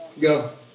Go